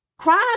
Crime